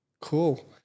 cool